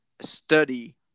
study